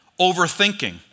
overthinking